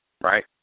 Right